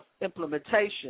implementation